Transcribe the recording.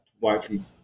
widely